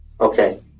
Okay